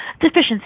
Deficiency